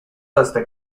hasta